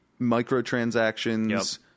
microtransactions